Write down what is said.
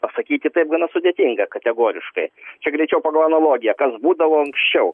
pasakyti taip gana sudėtinga kategoriškai tai greičiau pagal analogiją kas būdavo anksčiau